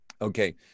Okay